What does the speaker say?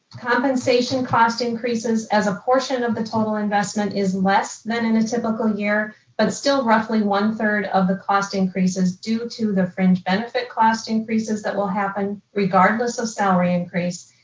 compensation cost increases as a portion of the total investment is less than in a typical year but still roughly one third of the cost increases due to the fringe benefit class increases that will happen regardless of salary increase,